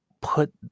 put